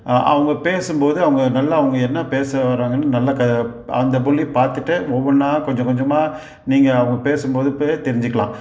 அவங்க பேசும்போது அவங்க நல்லா அவங்க என்ன பேச வர்றாங்கன்னு நல்ல அந்த மொழி பார்த்துட்டு ஒவ்வொன்றா கொஞ்சம் கொஞ்சமாக நீங்கள் அவங்க பேசும்போது தெரிஞ்சுக்கலாம்